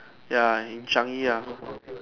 ya in Changi ya